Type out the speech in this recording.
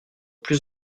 plus